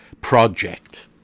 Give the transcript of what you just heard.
project